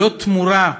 ללא תמורה,